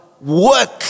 work